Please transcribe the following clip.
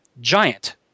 giant